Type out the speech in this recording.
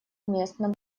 местном